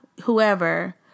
whoever